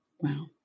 Wow